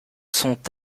sont